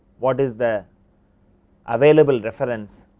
what is the available reference,